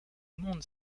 monde